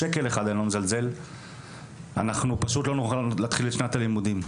אנחנו פשוט לא נוכל להתחיל את שנת הלימודים.